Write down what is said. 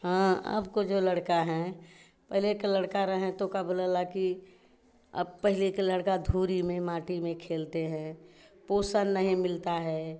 हाँ अब के जो लड़के हैं पहले के लड़के रहे तो का बोला ला कि अब पहले के लड़का धूरी में माटी में खेलते हैं पोषण नहीं मिलता है